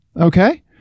Okay